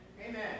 Amen